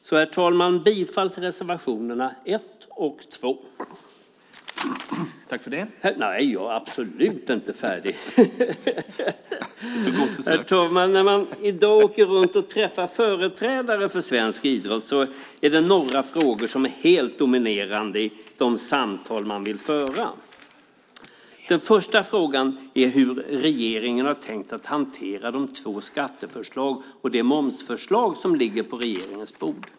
Jag yrkar bifall till reservationerna 1 och 2. Herr talman! När man i dag åker runt och träffar företrädare för svensk idrott är det några frågor som är helt dominerande i de samtal som de vill föra. Den första frågan är hur regeringen har tänkt hantera de två skatteförslag och det momsförslag som ligger på regeringens bord.